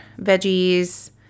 veggies